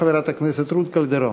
חברת הכנסת רות קלדרון.